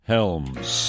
Helms